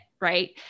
right